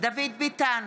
דוד ביטן,